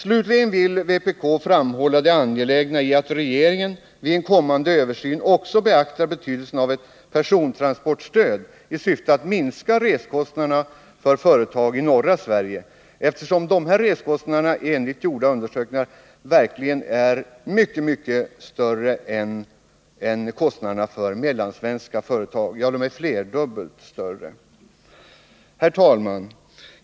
Slutligen vill vpk framhålla det angelägna i att regeringen vid en kommande översyn också beaktar betydelsen av ett persontransportstöd i syfte att minska resekostnaderna för företag i norra Sverige. Resekostnaderna för dessa företag är flera gånger större än motsvarande kostnader för mellansvenska företag. Herr talman!